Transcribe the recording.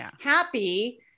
happy